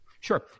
Sure